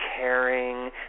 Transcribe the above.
caring